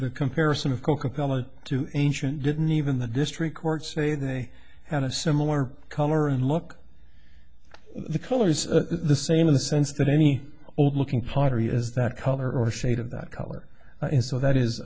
the comparison of coca cola to ancient didn't even the district court say they had a similar color and look the color is the same in the sense that any old looking pottery is that color or shade of that color and so that